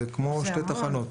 זה כמו שתי תחנות.